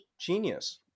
Genius